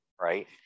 right